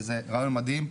וזה רעיון מדהים.